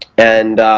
and